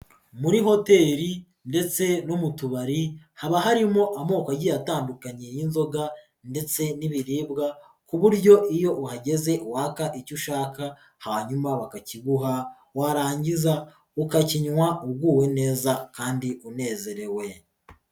Muri hoteri ndetse no mu tubari, haba harimo amoko agiye atandukanye y'inzoga ndetse n'ibiribwa, ku buryo iyo uhageze waka icyo ushaka, hanyuma bakakiguha, warangiza ukakinywa uguwe neza kandi unezerewe.